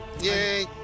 Yay